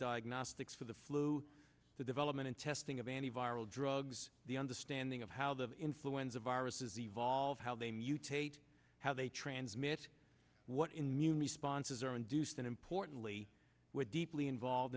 diagnostics for the flu the development and testing of antiviral drugs the understanding of how the of influenza viruses evolve how they mutate how they transmit what immune responses are induced and importantly we're deeply involved